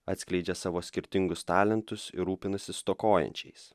atskleidžia savo skirtingus talentus ir rūpinasi stokojančiais